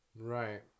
Right